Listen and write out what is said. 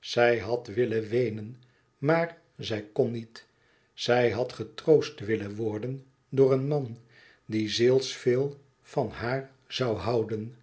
zij had willen weenen maar zij kon niet zij had getroost willen worden door een man die zielsveel van haar zoû houden